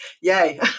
yay